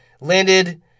landed